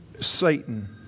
Satan